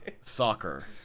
soccer